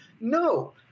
No